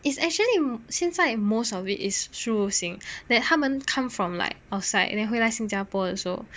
it's actually 现在 most of it is 输入型 that 他们 come from like outside then like 回来新加坡的时候